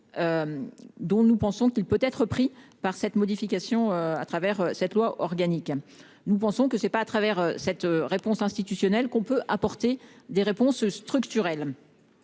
Dont nous pensons qu'il peut être pris par cette modification à travers cette loi organique. Nous pensons que c'est pas à travers cette réponse institutionnelle qu'on peut apporter des réponses structurelles.